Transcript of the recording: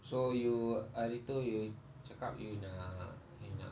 so you hari itu you cakap you nak you nak